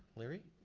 lee-ry.